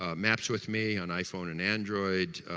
ah maps with me on iphone and android,